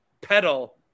pedal